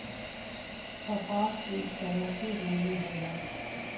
कपास एक तरह के रुई होला